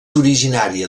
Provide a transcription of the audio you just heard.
originària